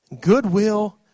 goodwill